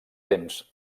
temps